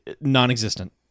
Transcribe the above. non-existent